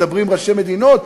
מדברים עם ראשי מדינות,